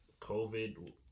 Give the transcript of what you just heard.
COVID